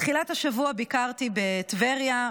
בתחילת השבוע ביקרתי בטבריה.